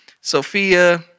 Sophia